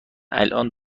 الآن